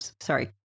sorry